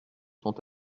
sont